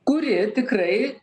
kuri tikrai